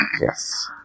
Yes